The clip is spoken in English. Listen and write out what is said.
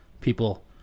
people